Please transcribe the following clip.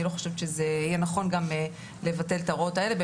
אני לא חושבת שזה יהיה נכון גם לבטל את ההוראות האלה.